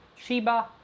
Sheba